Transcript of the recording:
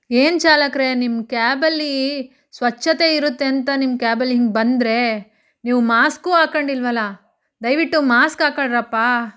ಏನು ಚಾಲಕರೇ ನಿಮ್ಮ ಕ್ಯಾಬಲ್ಲಿ ಸ್ವಚ್ಛತೆ ಇರುತ್ತೆ ಅಂತ ನಿಮ್ಮ ಕ್ಯಾಬಲ್ಲಿ ಹಿಂಗೆ ಬಂದರೆ ನೀವು ಮಾಸ್ಕೂ ಹಾಕೊಂಡಿಲ್ವಲ್ಲ ದಯವಿಟ್ಟು ಮಾಸ್ಕ್ ಹಾಕ್ಕೊಳ್ರಪ್ಪ